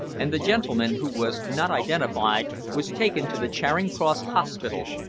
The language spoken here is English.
and the gentleman, who was not identified, was taken to the charing cross hospital,